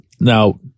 Now